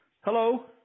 Hello